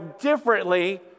differently